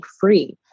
free